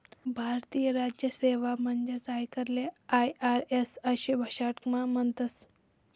भारतीय राजस्व सेवा म्हणजेच आयकरले आय.आर.एस आशे शाटकटमा म्हणतस